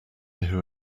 who